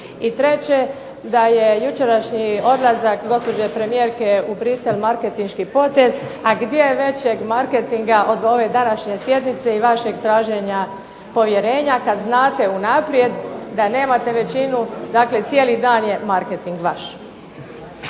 treće, da je jučerašnji odlazak gospođe Kosor u Bruxelles marketinški potez, a gdje većeg marketinga od ove današnje sjednice i vašeg traženja povjerenja kada znate unaprijed da nemate većinu. Dakle cijeli marketing je vaš.